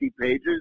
pages